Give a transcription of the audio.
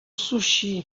sushi